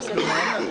פותח